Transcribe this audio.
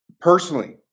Personally